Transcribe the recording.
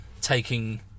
taking